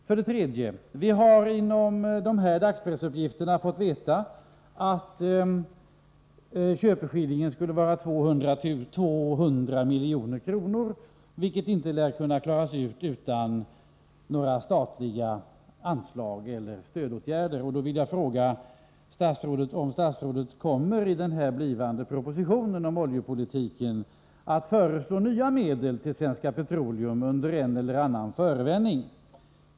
För det tredje: Vi har genom dagspressuppgifterna fått veta att köpeskillingen skulle vara 200 milj.kr., vilket inte lär kunna klaras utan statliga anslag eller stödåtgärder. Då vill jag fråga om statsrådet i propositionen om oljepolitiken kommer att föreslå nya medel till Svenska Petroleum AB under en eller annan förevändning.